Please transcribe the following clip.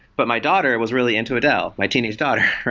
but my daughter was really into adele, my teenage daughter.